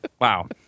Wow